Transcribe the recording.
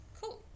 cool